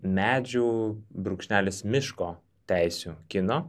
medžių brūkšnelis miško teisių kino